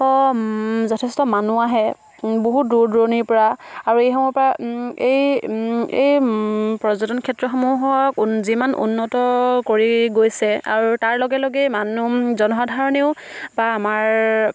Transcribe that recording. যথেষ্ট মানুহ আহে বহুত দূৰ দূৰণিৰ পৰা আৰু এইসমূহৰ পৰা এই এই পৰ্যটন ক্ষেত্ৰসমূহক যিমান উন্নত কৰি গৈছে আৰু তাৰ লগে লগে মানুহ জনসাধাৰণেও বা আমাৰ